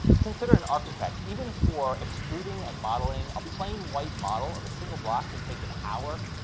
consider an architect. even for extruding and modeling, a plain white model of a single block can take an hour.